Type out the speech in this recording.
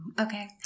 Okay